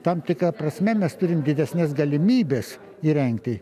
tam tikra prasme mes turim didesnes galimybes įrengti